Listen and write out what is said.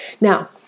Now